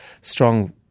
strong